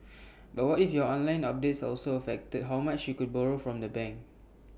but what if your online updates also affected how much you could borrow from the bank